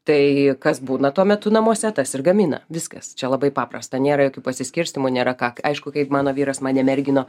tai kas būna tuo metu namuose tas ir gamina viskas čia labai paprasta nėra jokių pasiskirstymų nėra ką aišku kai mano vyras mane mergino